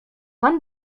pan